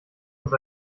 uns